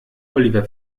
oliver